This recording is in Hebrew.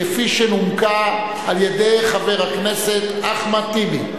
כפי שנומקה על-ידי חבר הכנסת אחמד טיבי.